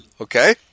Okay